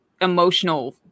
emotional